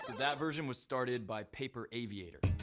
that version was started by paper aviator.